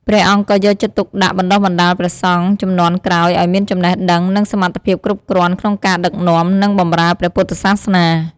ព្រះអង្គក៏យកចិត្តទុកដាក់បណ្ដុះបណ្ដាលព្រះសង្ឃជំនាន់ក្រោយឱ្យមានចំណេះដឹង និងសមត្ថភាពគ្រប់គ្រាន់ក្នុងការដឹកនាំ និងបម្រើព្រះពុទ្ធសាសនា។